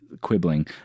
quibbling